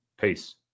peace